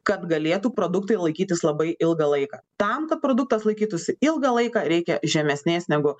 kad galėtų produktai laikytis labai ilgą laiką tam kad produktas laikytųsi ilgą laiką reikia žemesnės negu